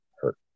hurt